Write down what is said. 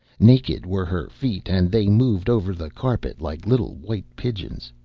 naked were her feet, and they moved over the carpet like little white pigeons.